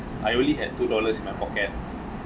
I only had two dollars in my pocket